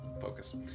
focus